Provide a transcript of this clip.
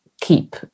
keep